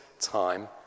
time